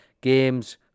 games